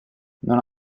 non